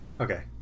Okay